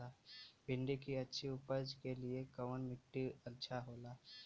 भिंडी की अच्छी उपज के लिए कवन मिट्टी अच्छा होला?